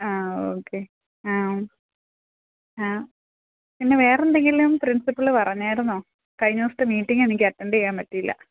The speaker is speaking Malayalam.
ആ ഒക്കെ ആ ആ പിന്നെ വേറെ എന്തെങ്കിലും പ്രിൻസിപ്പള് പറഞ്ഞായിരുന്നോ കഴിഞ്ഞ ദിവസത്തെ മീറ്റിംഗ് എനിക്ക് അറ്റെൻഡ് ചെയ്യാൻ പറ്റിയില്ല